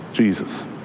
Jesus